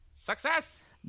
Success